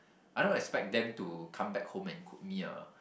I don't expect them to come back home and cook me a